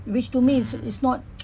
which to me it's it's not